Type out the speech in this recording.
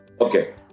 Okay